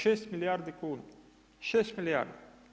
6 milijardi kuna, 6 milijardi.